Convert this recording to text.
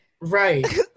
right